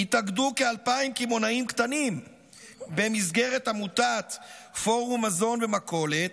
התאגדו כ-2,000 קמעונאים קטנים במסגרת עמותת "פורום מזון ומכולת",